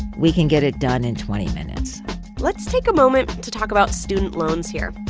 we can get it done in twenty minutes let's take a moment to talk about student loans here.